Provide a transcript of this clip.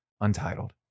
Untitled